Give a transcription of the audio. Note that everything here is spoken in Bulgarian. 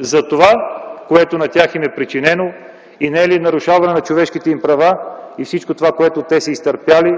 за това, което им е причинено, не е ли то нарушаване на човешките им права и всичко, което са изтърпели